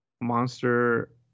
monster